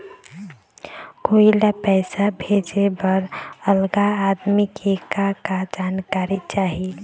कोई ला पैसा भेजे बर अगला आदमी के का का जानकारी चाही?